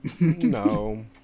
No